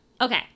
Okay